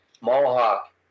Mohawk